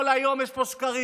כל היום יש פה שקרים.